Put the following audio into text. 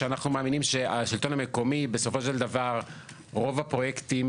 שאנחנו מאמינים שהשלטון המקומי בסופו של דבר רוב הפרויקטים